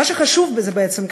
מה שחשוב בעצם,